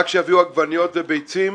רק שיביאו עגבניות וביצים,